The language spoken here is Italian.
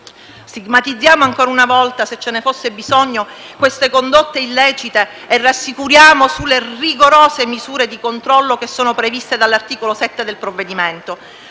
Stigmatizziamo ancora una volta, se ce ne fosse bisogno, queste condotte illecite e rassicuriamo sulle rigorose misure di controllo che sono previste dall'articolo 7 del provvedimento,